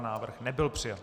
Návrh nebyl přijat.